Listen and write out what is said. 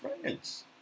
friends